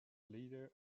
leader